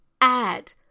add